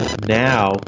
now